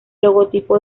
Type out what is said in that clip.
logotipo